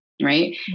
right